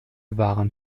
waren